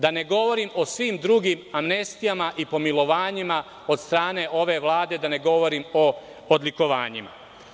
Da ne govorim o svim drugim amnestijama i pomilovanjima od strane ove Vlade, da ne govorim o odlikovanjima.